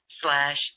slash